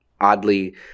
oddly